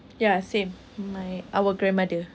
ya same my our grandmother